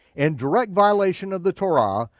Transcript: in direct violation of the torah,